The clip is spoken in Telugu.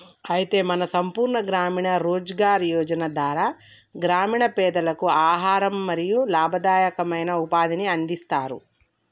అయితే మన సంపూర్ణ గ్రామీణ రోజ్గార్ యోజన ధార గ్రామీణ పెదలకు ఆహారం మరియు లాభదాయకమైన ఉపాధిని అందిస్తారు